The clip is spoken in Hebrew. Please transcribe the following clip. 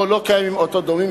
שבו לא קיימים אותות דומים,